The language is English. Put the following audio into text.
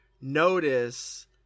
notice